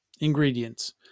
Ingredients